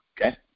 Okay